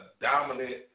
dominant